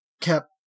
kept